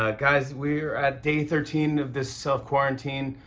ah guys, we're at day thirteen of this self-quarantine.